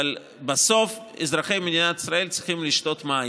אבל בסוף אזרחי מדינת ישראל צריכים לשתות מים,